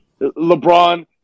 LeBron